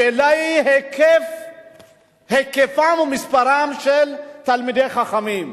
השאלה היא היקפם ומספרם של תלמידי חכמים.